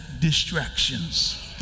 distractions